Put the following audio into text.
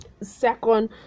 second